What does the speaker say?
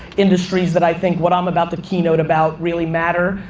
industries, that i think what i'm about to keynote about really matter,